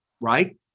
right